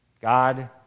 God